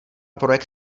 projekt